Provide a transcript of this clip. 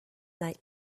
night